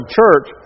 church